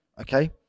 Okay